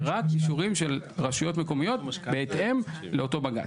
רק אישורים של רשויות מקומיות בהתאם לאותו בג"ץ.